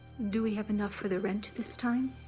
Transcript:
do we have enough for the rent this time?